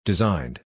Designed